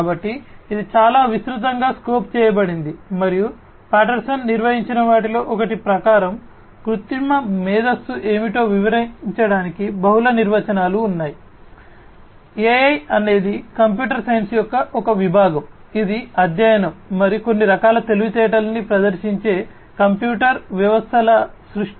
కాబట్టి ఇది చాలా విస్తృతంగా స్కోప్ చేయబడింది మరియు పాటర్సన్ నిర్వచించిన వాటిలో ఒకటి ప్రకారం కృత్రిమ మేధస్సు ఏమిటో వివరించడానికి బహుళ నిర్వచనాలు ఉన్నాయి AI అనేది కంప్యూటర్ సైన్స్ యొక్క ఒక విభాగం ఇది అధ్యయనం మరియు కొన్ని రకాల తెలివితేటలను ప్రదర్శించే కంప్యూటర్ వ్యవస్థల సృష్టి